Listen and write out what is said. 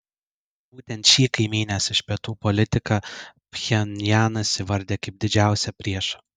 būtent šį kaimynės iš pietų politiką pchenjanas įvardija kaip didžiausią priešą